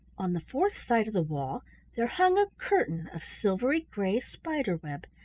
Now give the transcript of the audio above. on the fourth side of the wall there hung a curtain of silvery-gray spider-web,